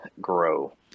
grow